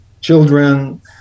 children